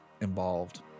involved